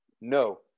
No